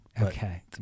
Okay